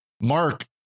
Mark